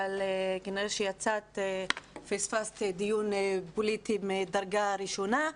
אבל כנראה שכשיצאת פספסת דיון פוליטי מדרגה ראשונה.